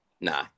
Nah